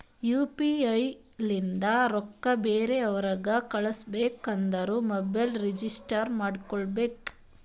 you P I ಲಿಂತ ರೊಕ್ಕಾ ಬೇರೆ ಅವ್ರಿಗ ಕಳುಸ್ಬೇಕ್ ಅಂದುರ್ ಮೊಬೈಲ್ ರಿಜಿಸ್ಟರ್ ಮಾಡ್ಕೋಬೇಕ್